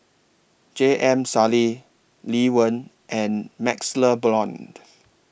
J M Sali Lee Wen and MaxLe Blond